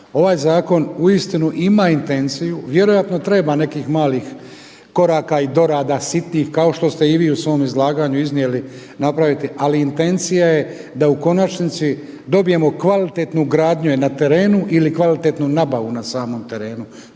Ovaj zakon uistinu ima intenciju, vjerojatno treba nekih malih koraka i dorada sitnih kao što ste i vi u svom izlaganju iznijeli napraviti, ali intencija je da u konačnici dobijemo kvalitetnu gradnju na terenu ili kvalitetnu nabavu na samom terenu.